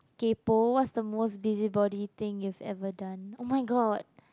kaypoh what's the most busybody thing you've ever done oh my god